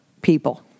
people